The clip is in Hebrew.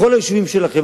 בכל היישובים שלכם,